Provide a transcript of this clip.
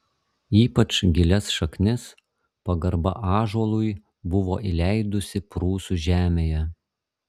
ypač gilias šaknis pagarba ąžuolui buvo įleidusi prūsų žemėje